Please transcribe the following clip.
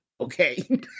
okay